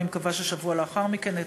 אני מקווה ששבוע לאחר מכן,